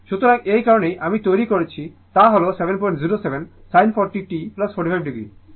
সুতরাং এই কারণেই আমরা তৈরি করছি তা হল 707 sin 40 t 45 o